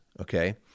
okay